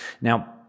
Now